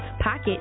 pocket